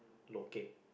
locate